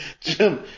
Jim